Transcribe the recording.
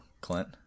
Clint